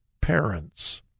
parents